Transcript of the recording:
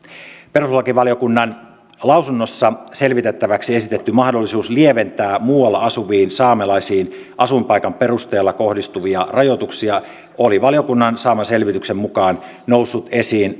perustuslakivaliokunnan lausunnossa selvitettäväksi esitetty mahdollisuus lieventää muualla asuviin saamelaisiin asuinpaikan perusteella kohdistuvia rajoituksia oli valiokunnan saaman selvityksen mukaan noussut esiin